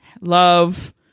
love